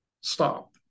stop